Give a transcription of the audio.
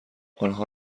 آنها